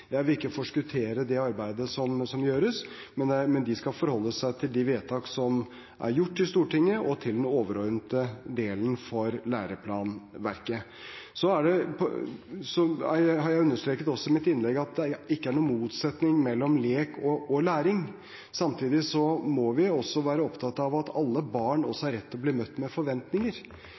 Jeg vil ikke forskuttere det arbeidet som gjøres, men man skal forholde seg til de vedtak som er gjort i Stortinget, og til den overordnede delen for læreplanverket. Så understreket jeg også i mitt innlegg at det ikke er noen motsetning mellom lek og læring. Samtidig må vi også være opptatt av at alle barn har rett til å bli møtt med forventninger.